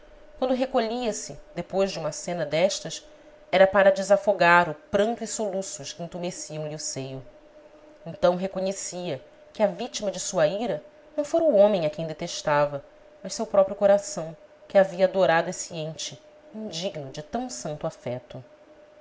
quando recolhia-se depois de uma cena destas era para desafogar o pranto e soluços que intumesciam lhe o seio então reconhecia que a vítima de sua ira não fora o homem a quem detestava mas seu próprio coração que havia adorado esse ente indigno de tão santo afeto